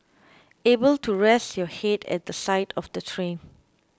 able to rest your head at the side of the train